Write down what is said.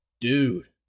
dude